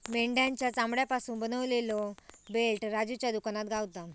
मेंढ्याच्या चामड्यापासून बनवलेलो बेल्ट राजूच्या दुकानात गावता